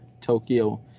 Tokyo